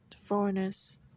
foreigners